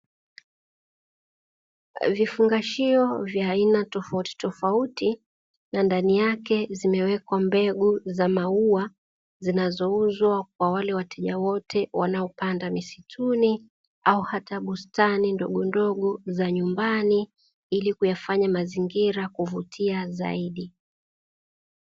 Vifungashio vya aina tofautitofauti na ndani yake zimewekwa mbegu za maua, zinazouzwa kwa wale wateja wote wanaopanda misituni au hata bustani ndogondogo za nyumbani ili kuyafanya mazingira kuvutia zaidi.